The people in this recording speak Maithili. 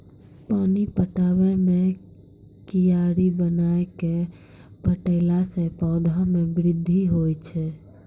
पानी पटाबै मे कियारी बनाय कै पठैला से पौधा मे बृद्धि होय छै?